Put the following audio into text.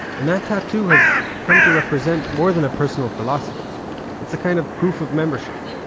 and that tattoo has come to represent more than a personal philosophy it's a kind of proof of membership.